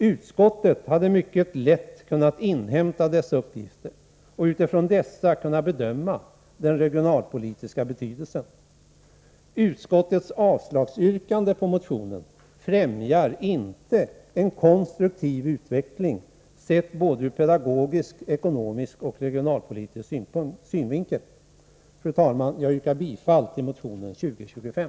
Utskottet hade mycket lätt kunnat inhämta dessa uppgifter och utifrån dessa bedöma den regionalpolitiska betydelsen. Utskottets yrkande om avslag på motionen främjar inte en konstruktiv utveckling, sett ur både pedagogisk, ekonomisk och regionalpolitisk synvinkel. Fru talman! Jag yrkar bifall till motion 2025.